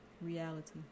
reality